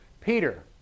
Peter